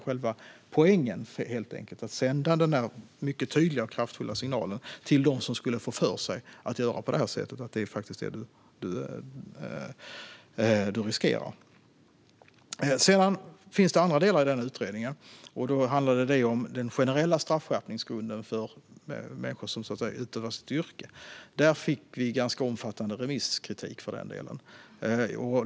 Själva poängen med lagen är att sända en mycket tydlig och kraftfull signal till dem som kan få för sig att göra på detta sätt. Man ska veta vad man riskerar. Det finns även andra delar i utredningen. Det handlar om den generella straffskärpningsgrunden för människor som utövar sitt yrke. För den delen fick vi ganska omfattande remisskritik.